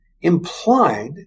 implied